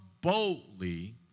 boldly